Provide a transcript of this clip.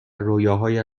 رویاهایت